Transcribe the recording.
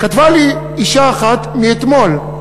כתבה לי אישה אחת אתמול,